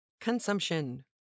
consumption